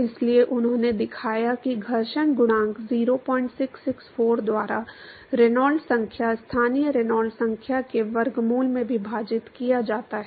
इसलिए उन्होंने दिखाया कि घर्षण गुणांक 0664 द्वारा रेनॉल्ड्स संख्या स्थानीय रेनॉल्ड्स संख्या के वर्गमूल से विभाजित किया जाता है